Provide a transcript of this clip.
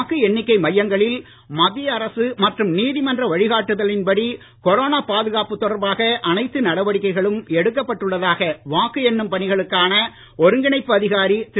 வாக்கு எண்ணிக்கை மையங்களில் மத்திய அரசு மற்றும் நீதிமன்ற வழிகாட்டுதலின்படி கொரோனா பாதுகாப்பு தொடர்பாக அனைத்து நடவடிக்கைகளும் எடுக்கப் பட்டுள்ளதாக வாக்கு என்னும் பணிகளுக்கான ஒருங்கிணைப்பு அதிகாரி திரு